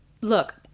Look